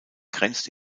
grenzt